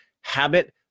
habit